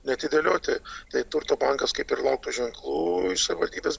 neatidėlioti tai turto bankas kaip ir lauktų ženklų iš savivaldybės